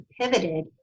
pivoted